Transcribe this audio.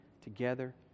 together